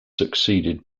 succeeded